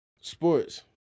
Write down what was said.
sports